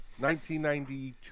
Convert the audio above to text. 1992